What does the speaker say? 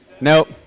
Nope